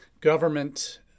government